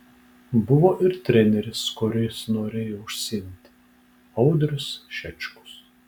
buvo ir treneris kuris norėjo užsiimti audrius šečkus